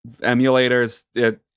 emulators